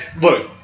look